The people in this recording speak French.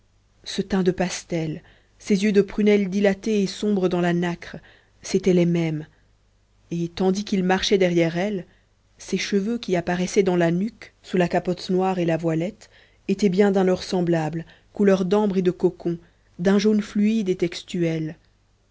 ce teint de pastel ces yeux de prunelle dilatée et sombre dans la nacre c'étaient les mêmes et tandis qu'il marchait derrière elle ces cheveux qui apparaissaient dans la nuque sous la capote noire et la voilette étaient bien d'un or semblable couleur d'ambre et de cocon d'un jaune fluide et textuel